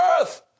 Earth